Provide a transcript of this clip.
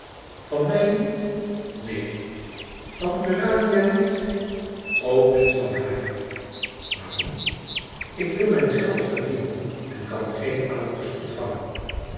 van mij niet neen van urania niet ook niet van haar waarom ik wil mijn geld verdienen en kan geen aalmoes ontvangen